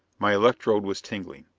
my electrode was tingling.